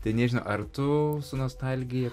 tai nežinau ar tu su nostalgija